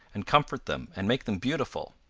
and comfort them and make them beautiful.